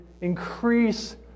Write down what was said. increase